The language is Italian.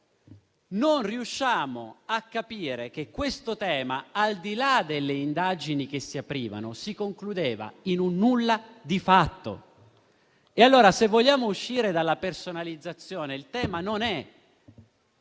non riusciamo a capire che questo tema, al di là delle indagini che si aprivano, si concludeva in un nulla di fatto. Se allora vogliamo uscire dalla personalizzazione, il tema non è